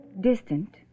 distant